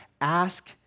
Ask